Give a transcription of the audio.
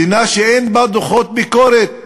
מדינה שאין בה דוחות ביקורת שנתיים,